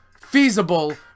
feasible